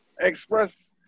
express